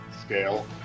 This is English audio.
scale